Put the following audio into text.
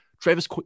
Travis